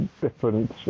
different